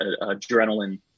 adrenaline